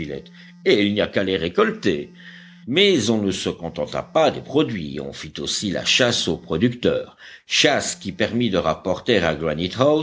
et il n'y a qu'à les récolter mais on ne se contenta pas des produits on fit aussi la chasse aux producteurs chasse qui permit de rapporter à